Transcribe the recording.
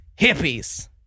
Hippies